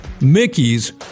Mickey's